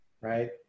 Right